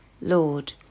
Lord